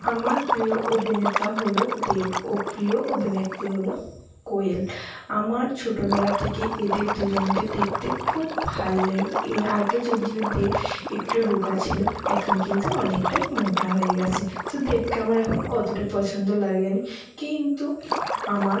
আমার প্রিয় অভিনেতা হলো দেব ও প্রিয় অভিনেত্রী হলো কোয়েল আমার ছোটোবেলা থেকে এদের দুজনকে দেখতে খুব ভালো লাগে এর আগে যদিও দেব একটু রোগা ছিলো এখন কিন্তু অনেকটাই মোটা হয়ে গেছে তো দেবকে আমার এখন অতোটা পছন্দ লাগে নি কিন্তু আমার